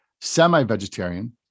semi-vegetarian